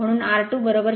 म्हणून r2 0